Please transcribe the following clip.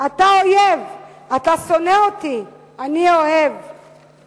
אתה אויב / אתה שונא אותי, אני אוהב /